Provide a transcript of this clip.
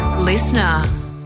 Listener